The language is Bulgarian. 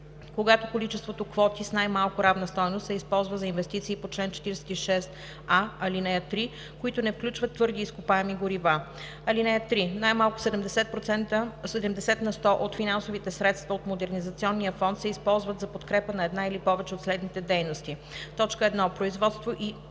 когато количество квоти с най-малко равна стойност се използва за инвестиции по чл. 46а, ал. 3, които не включват твърди изкопаеми горива. (3) Най-малко 70 на сто от финансовите средства от Модернизационния фонд се използват за подкрепа на една или повече от следните дейности: 1. производство и използването